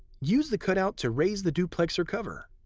use the cutout to raise the duplexer cover.